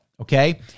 okay